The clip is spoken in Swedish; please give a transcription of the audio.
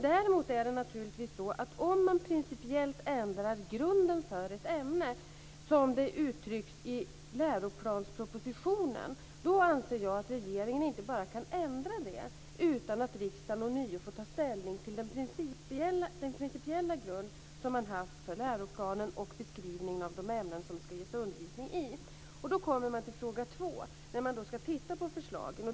Däremot är det naturligtvis så att om man principiellt ändrar grunden för ett ämne, som det uttrycks i läroplanspropositionen, kan regeringen, anser jag, inte ändra det utan att riksdagen ånyo får ta ställning till den principiella grund som funnits för läroplanen och beskrivningen av de ämnen som det ska ges undervisning i. Därmed kommer vi till fråga 2 när man ska titta på förslagen.